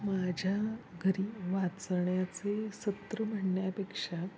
माझ्या घरी वाचण्याचे सत्र म्हणण्यापेक्षा